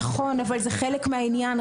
נכון, אבל זה חלק מהעניין.